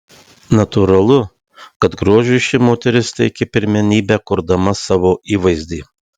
natūralu kad grožiui ši moteris teikia pirmenybę kurdama savo įvaizdį